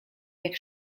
jak